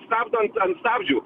stabdo ant ant stabdžių